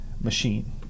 machine